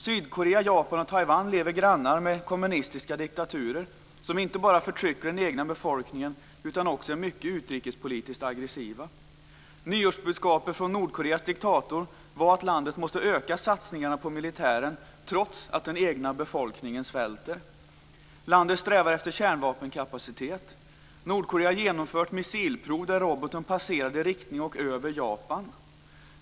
Sydkorea, Japan och Taiwan lever som grannar till kommunistiska diktaturer som inte bara förtrycker den egna befolkningen utan också är mycket utrikespolitiskt aggressiva. Nyårsbudskapet från Nordkoreas diktator var att landet måste öka satsningarna på militären trots att den egna befolkningen svälter. Landet strävar efter kärnvapenkapacitet. Nordkorea har genomfört missilprov där roboten passerade i riktning över Japan.